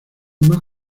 más